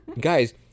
guys